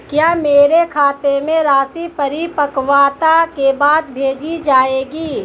क्या मेरे खाते में राशि परिपक्वता के बाद भेजी जाएगी?